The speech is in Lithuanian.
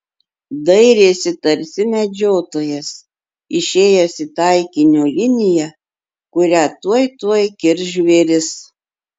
dairėsi tarsi medžiotojas išėjęs į taikinio liniją kurią tuoj tuoj kirs žvėris